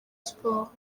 sports